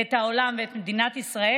את העולם ואת מדינת ישראל,